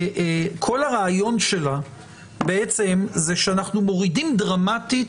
כל הרעיון שלה בעצם זה שאנחנו מורידים דרמטית